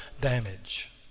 damage